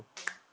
mm